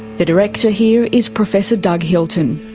the director here is professor doug hilton.